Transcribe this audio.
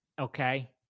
okay